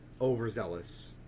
overzealous